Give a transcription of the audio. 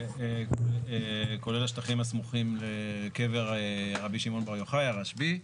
ב --- כולל השטחים הסמוכים לקבר רבי שמעון בר יוחאי הרשב"י.